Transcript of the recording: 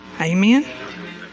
Amen